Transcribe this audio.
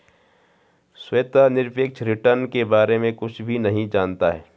श्वेता निरपेक्ष रिटर्न के बारे में कुछ भी नहीं जनता है